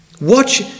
Watch